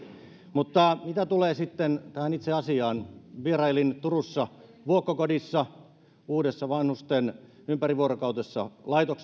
mutta mitä tulee sitten tähän itse asiaan vierailin turussa vuokkokodissa uudessa vanhusten ympärivuorokautisessa